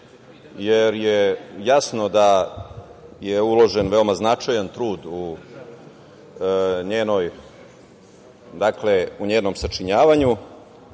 jer je jasno da je uložen veoma značajan trud u njenom sačinjavanju